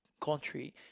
country